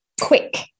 quick